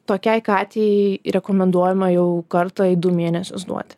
tokiai katei rekomenduojama jau kartą į du mėnesius duoti